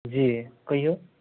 जी कहिऔ